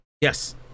yes